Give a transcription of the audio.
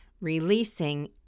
releasing